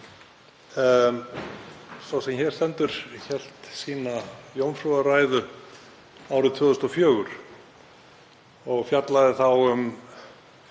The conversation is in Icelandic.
Sá sem hér stendur hélt sína jómfrúrræðu árið 2004 og fjallaði þá um